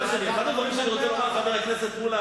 אחד הדברים שאני רוצה לומר לחבר הכנסת מולה,